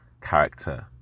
character